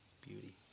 beauty